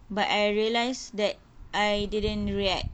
but I realised that I didn't react